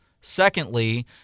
secondly